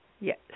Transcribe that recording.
yes